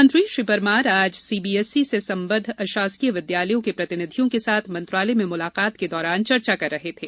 मंत्री श्री परमार आज सीबीएससी से संबद्ध अशासकीय विद्यालयों के प्रतिनिधियों के साथ मंत्रालय में मुलाकात के दौरान चर्चा कर रहे थे